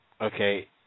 Okay